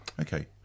Okay